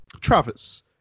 Travis